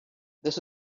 this